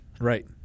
Right